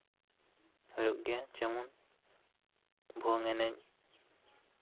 ᱦᱩᱭᱩᱜ ᱜᱮᱭᱟ ᱡᱮᱢᱚᱱ ᱵᱷᱩᱣᱟᱹᱝ ᱮᱱᱮᱡ